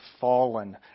fallen